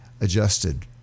adjusted